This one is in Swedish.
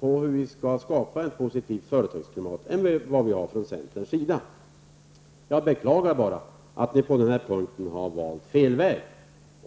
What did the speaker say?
på hur vi skall kunna skapa ett positivt företagsklimat. Jag beklagar bara att ni på den här punkten har valt fel väg.